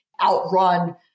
outrun